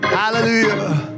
hallelujah